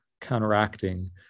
counteracting